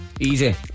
Easy